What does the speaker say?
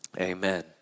Amen